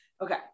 Okay